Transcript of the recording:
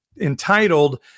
entitled